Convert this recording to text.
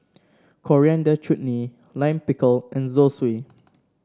Coriander Chutney Lime Pickle and Zosui